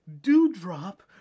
Dewdrop